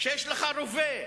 כשיש לך רובה,